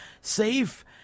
safe